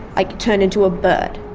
like, turn into a bird.